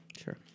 Sure